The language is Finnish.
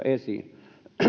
esiin